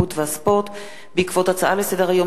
התרבות והספורט בעקבות דיון בהצעה לסדר-היום